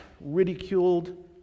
ridiculed